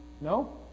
No